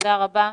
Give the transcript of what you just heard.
תודה רבה.